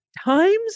times